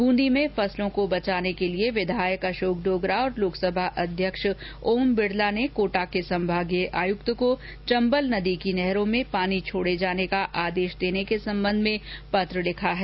ब्रंदी में फसलों को बचाने के लिए विधायक अशोक डोगरा और लोकसभा अध्यक्ष ओम बिरला ने कोटा के संभागीय आयुक्त को चम्बल नदी की नहरों में पानी छोड़े जाने का आदेश देने के सम्बन्ध में पत्र लिखा है